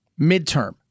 midterm